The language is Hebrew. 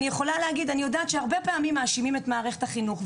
אני יודעת שהרבה פעמים מאשימים את מערכת החינוך,